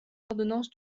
ordonnance